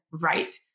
right